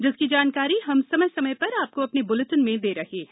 जिसकी जानकारी हम समय समय पर आपको अपने बुलेटिन में दे रहे हैं